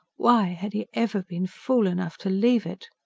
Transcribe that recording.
why had he ever been fool enough to leave it?